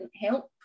help